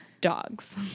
dogs